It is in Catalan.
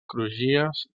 crugies